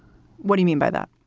what do you mean by that?